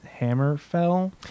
Hammerfell